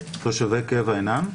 תושבי קבע אינם?